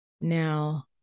Now